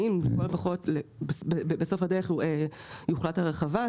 אם בסוף הדרך יוחלט על הרחבה,